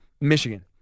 Michigan